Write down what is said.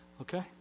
Okay